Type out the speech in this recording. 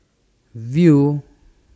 Viu